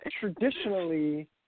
traditionally